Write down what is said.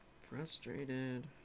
Frustrated